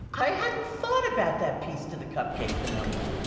i hadn't thought about that piece to the cupcake phenomenon!